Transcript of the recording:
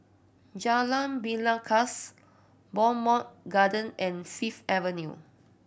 Jalan Belangkas Bowmont Garden and Fifth Avenue